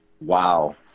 Wow